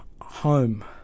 home